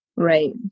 Right